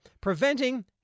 preventing